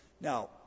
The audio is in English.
Now